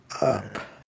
up